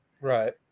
Right